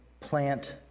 plant